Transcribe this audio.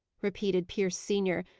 repeated pierce senior,